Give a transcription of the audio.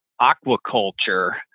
aquaculture